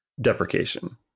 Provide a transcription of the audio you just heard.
deprecation